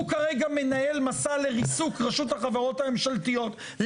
הוא כרגע מנהל מסע לריסוק רשות החברות הממשלתיות,